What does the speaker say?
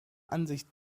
ansicht